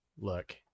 look